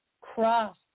cross